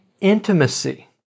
intimacy